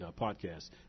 podcast